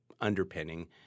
underpinning